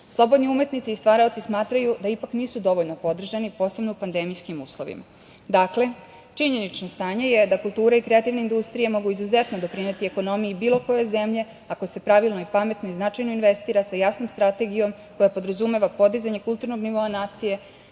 slobodni umetnici i stvaraoci smatraju da ipak nisu dovoljno podržani, posebno u pandemijskim uslovima. Dakle, činjenično stanje je da kultura i kreativna industrija mogu izuzetno doprineti ekonomiji bilo koje zemlje ako se pravilno i pametno i značajno investira sa jasnom strategijom koja podrazumeva podizanje kulturnog nivoa nacije,